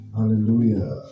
Hallelujah